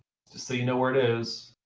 just so you know where it is,